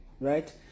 right